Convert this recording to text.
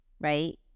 right